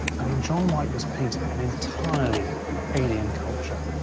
i mean john white was painting an entirely alien culture,